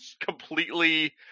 completely